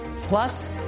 Plus